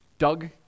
Doug